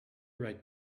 right